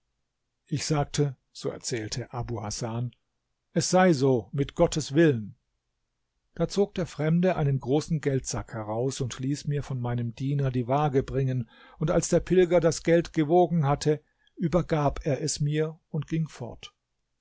ich sagte so erzählt abu hasan es sei so mit gottes willen da zog der fremde einen großen geldsack heraus ich ließ mir von meinem diener die waage bringen und als der pilger das geld gewogen hatte übergab er es mir und ging fort